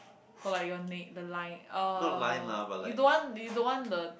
so like you want make the line uh you don't want you don't want the